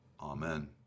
Amen